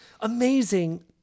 Amazing